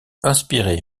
inspiré